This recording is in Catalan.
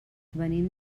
venim